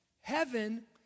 Heaven